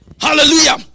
hallelujah